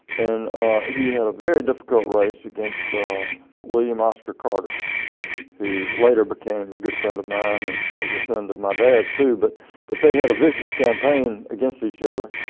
and he had a very difficult race against william oscar carter who later became a good friend of mine and was a friend of my dad too but but they had a vicious campaign against each other.